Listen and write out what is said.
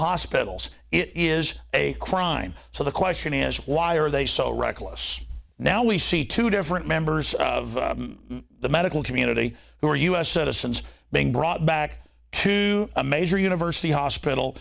hospitals it is a crime so the question is why are they so reckless now we see two different members of the medical community who are u s citizens being brought back to a major university hospital